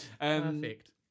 Perfect